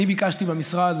אני ביקשתי במשרד,